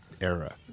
era